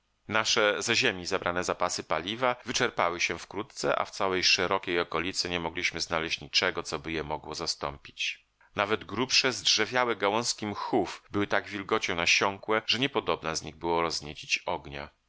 nasze ze ziemi zabrane zapasy paliwa wyczerpały się wkrótce a w całej szerokiej okolicy nie mogliśmy znaleźć niczego coby je mogło zastąpić nawet grubsze zdrzewiałe gałązki mchów były tak wilgocią nasiąkłe że niepodobna z nich było